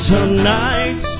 Tonight